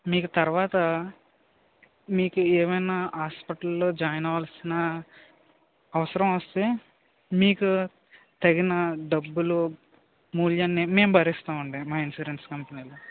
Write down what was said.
మీకు తర్వాత మీకు ఏమైనా హాస్పిటల్లో జాయిన్ అవ్వాల్సిన అవసరం వస్తే మీకు తగిన డబ్బులు మూల్యాన్ని మేము భరిస్తాము అండి మా ఇన్సూరెన్స్ కంపెనీలు